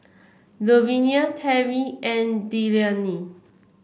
Louvenia Terry and Delaney